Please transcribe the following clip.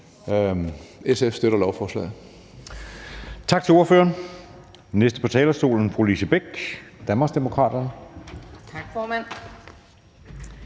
SF støtter lovforslaget.